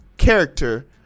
character